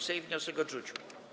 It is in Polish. Sejm wniosek odrzucił.